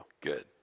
Good